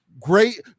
Great